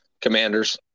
Commanders